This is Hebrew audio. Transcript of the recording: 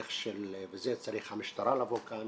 ולזה צריכה המשטרה לבוא לכאן